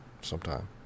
sometime